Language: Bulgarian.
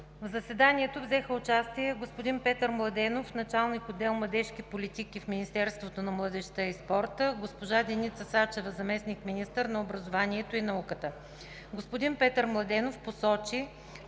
В заседанието взеха участие господин Петър Младенов – началник отдел „Младежки политики“ в Министерството на младежта и спорта, и госпожа Деница Сачева – заместник-министър на образованието и науката. Господин Петър Младенов посочи,